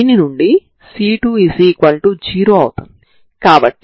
ఈ పాయింట్ మిమ్మల్ని దానికి అనుగుణంగానే వచ్చే కొత్త చర రాశులకు తీసుకువెళుతుంది